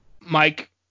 Mike